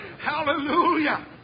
Hallelujah